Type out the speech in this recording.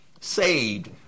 Saved